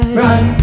run